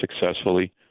successfully